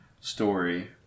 story